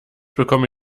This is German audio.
bekomme